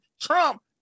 Trump